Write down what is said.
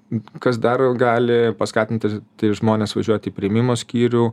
kas dar gali paskatinti žmones važiuoti į priėmimo skyrių